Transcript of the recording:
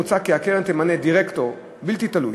מוצע כי קרן תמנה דירקטור בלתי תלוי,